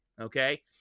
Okay